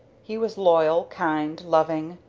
he was loyal, kind, loving,